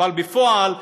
אבל בפועל,